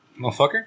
Motherfucker